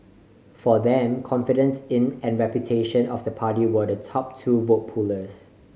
for them confidence in and reputation of the party were the top two vote pullers